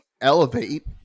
elevate